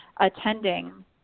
attending